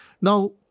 Now